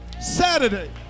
Saturday